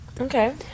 Okay